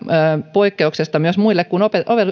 poikkeuksesta myös muille kuin